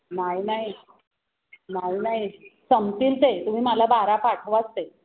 नाही नाही नाही नाही संपतील ते तुम्ही मला बारा पाठवाच ते